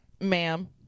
ma'am